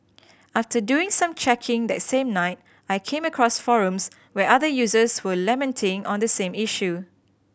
after doing some checking that same night I came across forums where other users were lamenting on the same issue